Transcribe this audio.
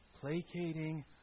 placating